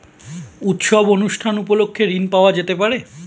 উৎসব অনুষ্ঠান উপলক্ষে ঋণ পাওয়া যেতে পারে?